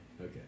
Okay